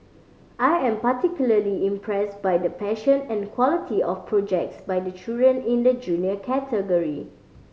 I am particularly impress by the passion and quality of projects by the children in the Junior category